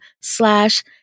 slash